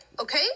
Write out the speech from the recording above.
okay